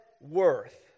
worth